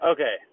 Okay